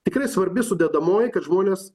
tikrai svarbi sudedamoji kad žmonės